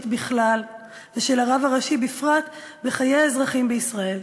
בכלל ושל הרב הראשי בפרט בחיי האזרחים בישראל.